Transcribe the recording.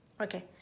Okay